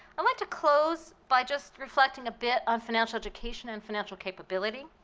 i'd like to close by just reflecting a bit on financial education and financial capability.